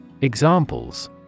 Examples